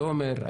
תומר,